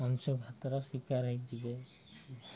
ଅଂଶଘାତର ଶିକାର ହେଇଯିବେ